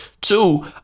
Two